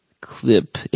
clip